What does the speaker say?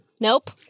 Nope